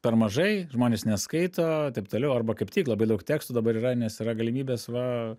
per mažai žmonės neskaito taip toliau arba kaip tik labai daug tekstų dabar yra nes yra galimybės va